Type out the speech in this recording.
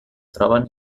troben